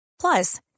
plus